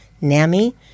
NAMI